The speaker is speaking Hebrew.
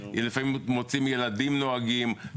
לפעמים מוצאים ילדים נוהגים,